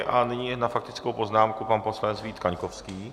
A nyní na faktickou poznámku pan poslanec Vít Kaňkovský.